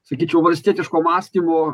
sakyčiau valstietiško mąstymo